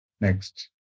Next